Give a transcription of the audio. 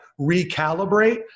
recalibrate